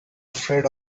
afraid